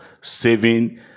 saving